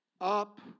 Up